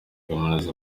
kaminuza